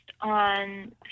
on